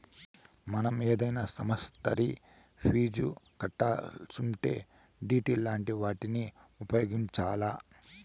మనం ఏదైనా సమస్తరి ఫీజు కట్టాలిసుంటే డిడి లాంటి వాటిని ఉపయోగించాల్ల